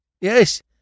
Yes